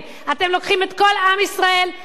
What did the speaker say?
אתם לוקחים את כל עם ישראל לבחירות,